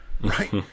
right